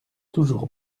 toujours